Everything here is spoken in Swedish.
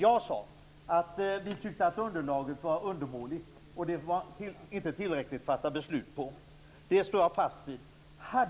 Jag sade att vi tyckte att underlaget var undermåligt. Det var inte tillräckligt för att kunna fatta beslut. Jag står fast vid det.